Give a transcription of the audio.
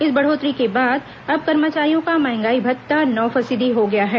इस बढ़ोतरी के बाद अब कर्मचारियों का महंगाई भत्ता नौ फीसदी हो गया है